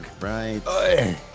Right